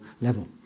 level